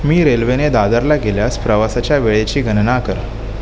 मी रेल्वेने दादरला गेल्यास प्रवासाच्या वेळेची गणना कर